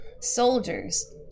soldiers